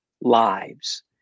lives